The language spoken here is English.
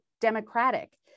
democratic